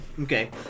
Okay